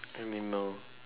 animal